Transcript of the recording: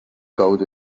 kaudu